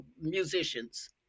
musicians